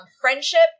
friendship